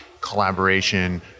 collaboration